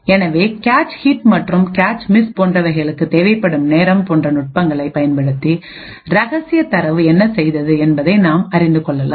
எனவே cache hit மற்றும் cache miss போன்றவைகளுக்கு தேவைப்படும் நேரம் போன்ற நுட்பங்களைப் பயன்படுத்தி ரகசிய தரவு என்ன செய்தது என்பதை நாம் அறிந்து கொள்ளலாம்